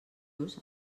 los